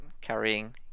Carrying